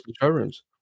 showrooms